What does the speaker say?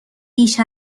بیش